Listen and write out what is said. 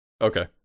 okay